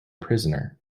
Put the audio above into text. prisoner